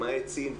למעט סין,